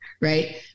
Right